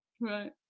right